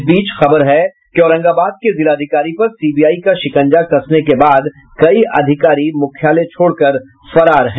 इस बीच खबर है कि औरंगाबाद के जिलाधिकारी पर सीबीआई का शिकंजा कसने के बाद कई अधिकारी मुख्यालय छोड़कर फरार हैं